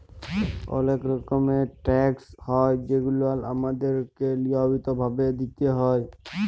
অলেক রকমের ট্যাকস হ্যয় যেগুলা আমাদেরকে লিয়মিত ভাবে দিতেই হ্যয়